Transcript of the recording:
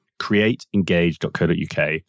createengage.co.uk